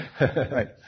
Right